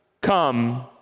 come